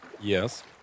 Yes